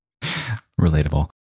Relatable